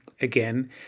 again